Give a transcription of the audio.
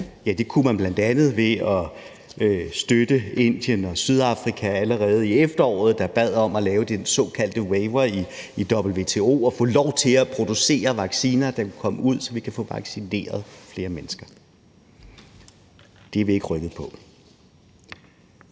Ja, det kunne man bl.a. ved at støtte Indien og Sydafrika, der allerede i efteråret bad om at lave den såkaldte waiver i WTO og få lov til at producere vacciner, der kan komme ud, så vi kan få vaccineret flere mennesker. Det er vi ikke rykket på.